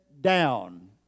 down